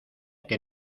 que